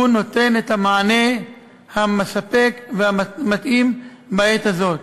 נותן את המענה המספק והמתאים בעת הזאת.